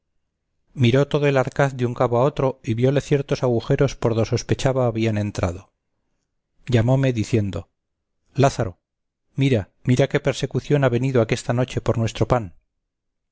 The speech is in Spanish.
miró todo el arcaz de un cabo a otro y viole ciertos agujeros por do sospechaba habían entrado llamóme diciendo lázaro mira mira qué persecución ha venido aquesta noche por nuestro pan